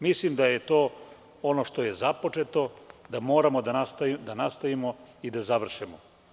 Mislim da je to ono što je započeto i to moramo da nastavimo i da završimo.